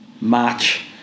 match